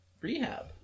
rehab